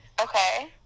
Okay